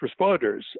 responders